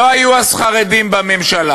לא היו אז חרדים בממשלה,